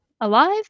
alive